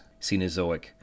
Cenozoic